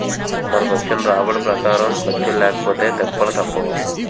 మనకొచ్చిన రాబడి ప్రకారం ఖర్చులు లేకపొతే తిప్పలు తప్పవు